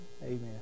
Amen